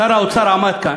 שר האוצר עמד כאן,